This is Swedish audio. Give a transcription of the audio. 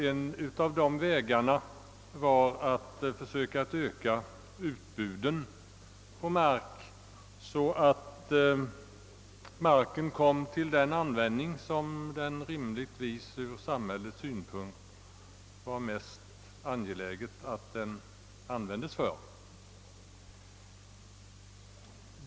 En av vägarna var att öka utbuden på mark så att marken kom till användning på ur samhällets synpunkt bästa sätt.